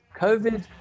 COVID